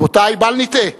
רבותי, בל נטעה,